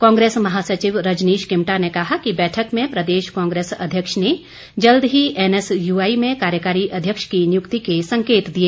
कांग्रेस महासचिव रजनीश किमटा ने कहा कि बैठक में प्रदेश कांग्रेस अध्यक्ष ने जल्द ही एनएसयूआई में कार्यकारी अध्यक्ष की नियूक्ति के संकेत दिए